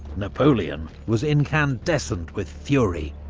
napoleon was incandescent with fury.